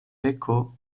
beko